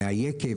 מהיקב?